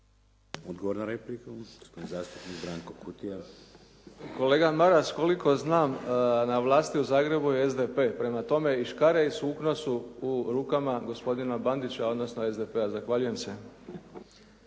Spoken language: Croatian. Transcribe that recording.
Odgovor na repliku, gospodin zastupnik Branko Kutija. **Kutija, Branko (HDZ)** Kolega Maras, koliko znam na vlasti u Zagrebu je SDP. Prema tome, i škare i sukno su u rukama gospodina Bandića, odnosno SDP-a. Zahvaljujem se.